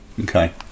Okay